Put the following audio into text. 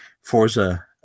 forza